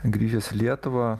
grįžęs į lietuvą